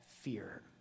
fear